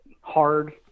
hard